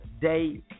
day